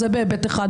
זה בהיבט אחד.